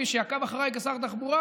מי שעקב אחרי כשר תחבורה,